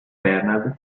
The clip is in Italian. bernard